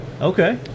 Okay